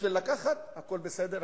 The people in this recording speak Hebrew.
בשביל לקחת הכול בסדר,